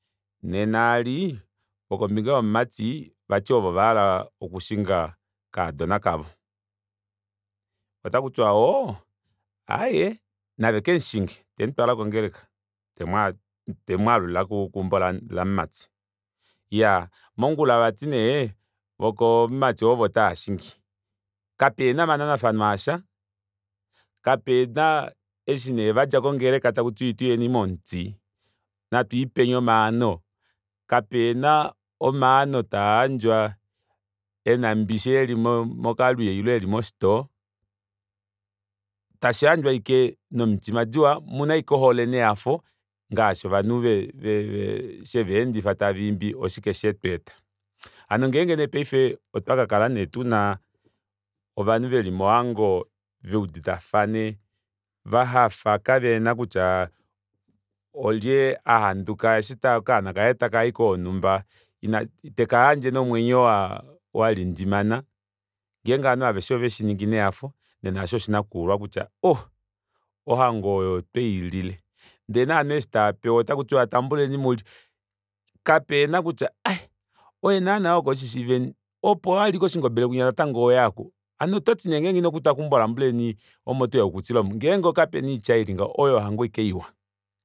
Nena eli vokombinga yomumati vati ovo vahala okushinga okakadona kavo otakutiwa oo aaye navekemushinge temutwala kongeleka temwaalula keumbo lomumati iyaa mongula vati nee vokomumati ovo tavashingi kapena omananafano asha kapena eshi nee vadja mongeleka takutiwa ituyeni momuti natwiipeni omaano kapena omaano taayandjwa ena mbishi eli mokalwiyo ile eli moshiitoo tashiyandjwa ashike nomitima diwa muna ashike ombili nehafo ngaashi ovanhu sheveendifa tavaimbi oshike shetweeta hano nee paife otwa kakala nee tuna ovanhu veli mohango veuditafane vahafa kavena kutya olye ahanduka eshi okaana kaye takayi koonumba itekayandje nomwenyo walindimana ngenge ovanhu aveshe oveshiningi nehafo otakutiwa ohoo ohango oyo otweilile ndee novanhu eshi taapewa tambuleni mulye pehana kutya ai oye naana oo wokoo shishiiveni opo wali koshingobele natango oweya omu hano ototi ngenge inokuta keumbo leni omo toya ukutile omu ngenge kapena oitya ili ngaho oyo ohango ashike iwa